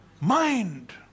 mind